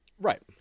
right